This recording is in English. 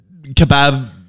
kebab